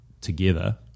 together